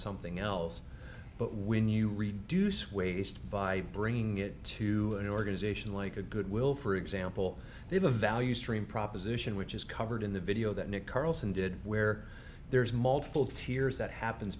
something else but when you reduce waste by bringing it to an organization like a goodwill for example they have a value stream proposition which is covered in the video that nick carlson did where there's multiple tiers that happens